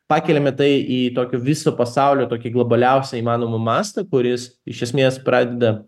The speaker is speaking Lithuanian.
pakeliame tai į tokio viso pasaulio tokį globaliausią įmanomą mastą kuris iš esmės pradeda